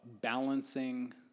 balancing